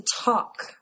talk